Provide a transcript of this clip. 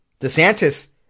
DeSantis